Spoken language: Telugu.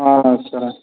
సరేండి